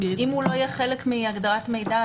אם הוא לא יהיה חלק מהגדרת מידע,